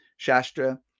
Shastra